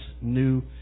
new